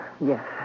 yes